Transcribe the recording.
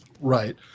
Right